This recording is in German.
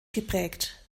geprägt